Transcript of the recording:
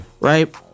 right